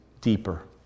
deeper